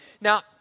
Now